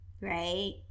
right